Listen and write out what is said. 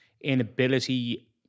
inability